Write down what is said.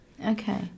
Okay